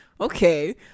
okay